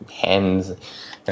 hens